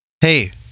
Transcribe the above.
Hey